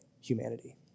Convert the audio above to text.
humanity